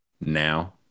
now